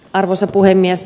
arvoisa puhemies